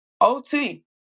OT